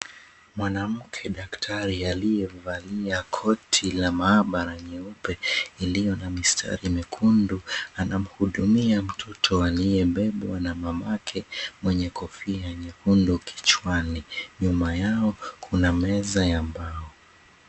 Mwanamke daktari aliye valia koti la maabara nyeupe ilio na mistari myekundu, anamuhudumia mtoto aliyebebwa na mamake mwenye kofia nyekundu kichwani. Nyuma yao kuna meza ya mbao.